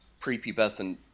prepubescent